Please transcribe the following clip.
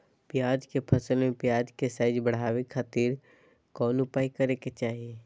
प्याज के फसल में प्याज के साइज बढ़ावे खातिर कौन उपाय करे के चाही?